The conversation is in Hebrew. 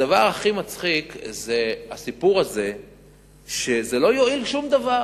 הדבר הכי מצחיק זה הסיפור הזה שזה לא יועיל שום דבר,